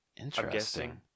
Interesting